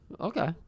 Okay